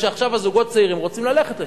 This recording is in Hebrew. שעכשיו זוגות צעירים רוצים ללכת לשם,